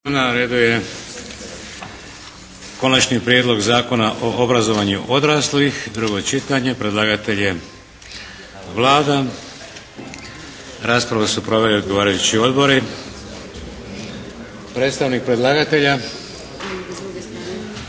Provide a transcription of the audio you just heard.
Na redu je - Konačni prijedlog Zakona o obrazovanju odraslih, drugo čitanje P.Z. br. 504. Predlagatelj je Vlada. Raspravu su proveli odgovarajući odbori. Predstavnik predlagatelja